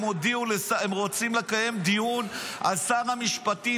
הם רוצים לקיים דיון על שר המשפטים,